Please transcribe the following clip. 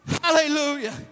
Hallelujah